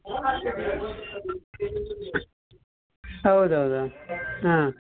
ಹೌದೌದು ಹಾಂ